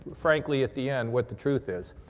frankly at the end what the truth is.